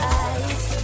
eyes